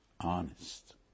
honest